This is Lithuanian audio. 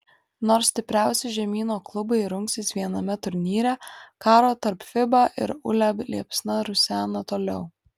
nors stipriausi žemyno klubai rungsis viename turnyre karo tarp fiba ir uleb liepsna rusena toliau